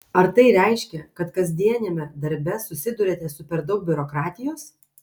ar tai reiškia kad kasdieniame darbe susiduriate su per daug biurokratijos